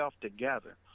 together